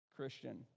christian